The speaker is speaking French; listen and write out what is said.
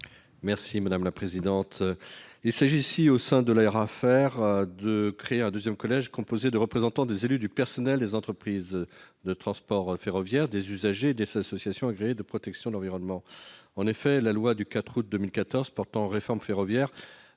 Cet amendement vise à créer au sein de l'ARAFER un deuxième collège composé de représentants des élus du personnel des entreprises de transport ferroviaire, des usagers et des associations agréées de protection de l'environnement. En effet, la loi du 4 août 2014 portant réforme ferroviaire